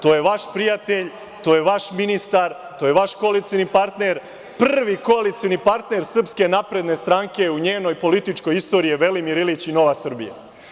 To je vaš prijatelj, to je vaš ministar, to je vaš koalicioni partner, prvi koalicioni partner SNS u njenoj političkoj istoriji je Velimir Ilić i Nova Srbija.